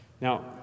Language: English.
Now